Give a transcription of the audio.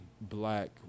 black